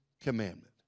commandment